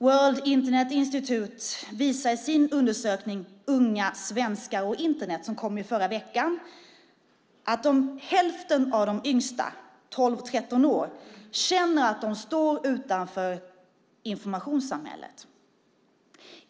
World Internet Institute visar i sin undersökning Unga svenskar och Internet , som kom förra veckan, att hälften av de yngsta i åldern 12-13 år känner att de står utanför informationssamhället.